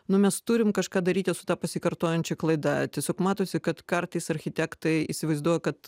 nu mes turim kažką daryti su ta pasikartojančia klaida tiesiog matosi kad kartais architektai įsivaizduoja kad